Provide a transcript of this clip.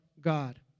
God